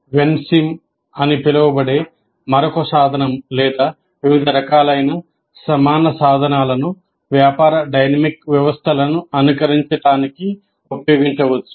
Vensim అని పిలువబడే మరొక సాధనం లేదా వివిధ రకాలైన సమాన సాధనాలను వ్యాపార డైనమిక్ వ్యవస్థలను అనుకరించటానికి ఉపయోగించవచ్చు